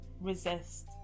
resist